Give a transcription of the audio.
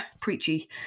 preachy